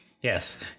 yes